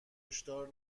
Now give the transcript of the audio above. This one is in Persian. کشتار